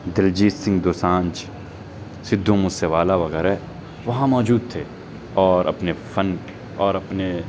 دلجیت سنگھ دوسانجھ سدھو موسے والا وغیرہ وہاں موجود تھے اور اپنے فن اور اپنے